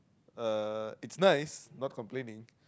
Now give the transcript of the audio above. uh it's nice not complaining